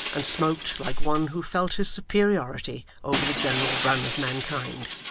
and smoked like one who felt his superiority over the general run of mankind.